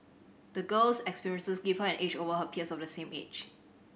the girl's experiences gave her an edge over her peers of the same age